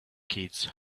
kids